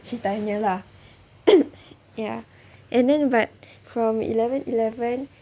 she tanya lah ya and then but from eleven eleven ah what